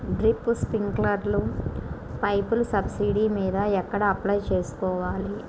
Drip, స్ప్రింకర్లు పైపులు subsidy మీద ఎక్కడ అప్లై చేసుకోవాలి?